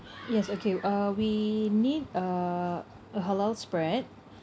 yes okay uh we need uh a halal spread